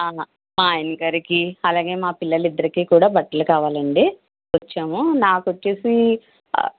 ఆ మా ఆయనగారికి అలాగే మా పిల్లలు ఇద్దరికీ కూడా బట్టలు కావాలండి వచ్చాము నాకు వచ్చి ఆ